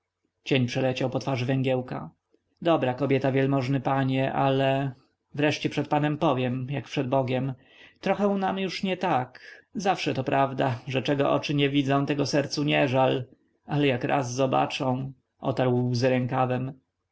cień przeleciał po twarzy węgiełka dobra kobieta wielmożny panie ale wreszcie przed panem powiem jak przed bogiem trochę nam już nie tak zawsze to prawda że czego oczy nie widzą tego sercu nie żal ale jak raz zobaczą otarł łzy rękawem